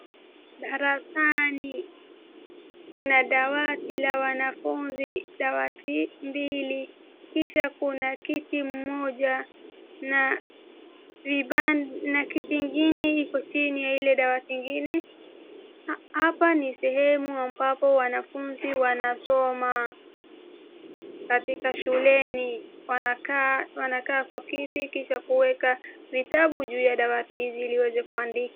Darasani, kuna dawati la wanafunzi, dawati mbili, kisha kuna kiti moja na kiti ingine iko chini ya ile dawati ingine, hapa ni sehemu ambapo wanafunzi wanasoma katika shuleni, wanakaa kwa kiti kisha kuweka vitabu juu ya dawati ili waweze kuandika.